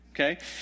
Okay